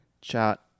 chat